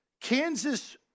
Kansas